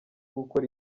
gukora